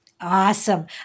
Awesome